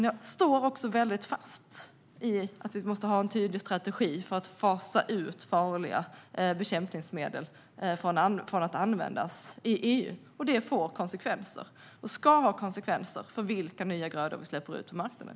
Jag står dock fast vid att vi måste ha en tydlig strategi för att fasa ut farliga bekämpningsmedel från användning i EU. Detta får och ska ha konsekvenser för vilka nya grödor vi släpper ut på marknaden.